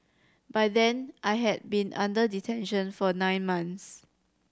by then I had been under detention for nine months